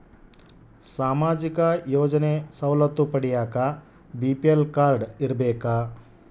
ಸಾಮಾಜಿಕ ಯೋಜನೆ ಸವಲತ್ತು ಪಡಿಯಾಕ ಬಿ.ಪಿ.ಎಲ್ ಕಾಡ್೯ ಇರಬೇಕಾ?